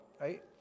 right